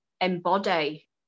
embody